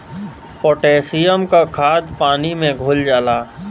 potassium क खाद पानी में घुल जाला